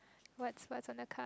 what's what's on the card